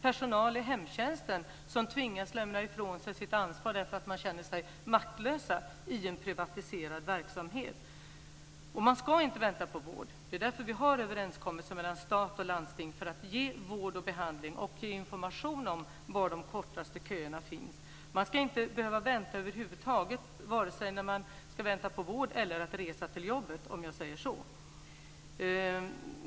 Personal i hemtjänsten tvingas lämna ifrån sig sitt ansvar därför att de känner sig maktlösa i en privatiserad verksamhet. Man ska inte vänta på vård. Det är därför vi har överenskommelser mellan stat och landsting - för att ge vård och behandling och för att ge information om var de kortaste köerna finns. Man ska inte behöva vänta över huvud taget, vare sig när det gäller vård eller att resa till jobbet, om jag säger så.